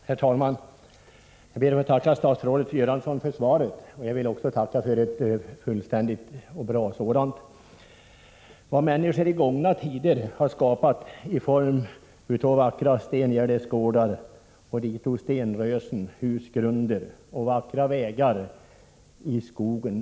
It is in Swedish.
Herr talman! Jag ber att få tacka statsrådet Göransson för svaret, som var fullständigt och bra. Vi skall ha klart för oss att det här gäller vad människor i gångna tider har skapat i form av vackra stengärdesgårdar och stenrösen, husgrunder och vackra vägar i skogen.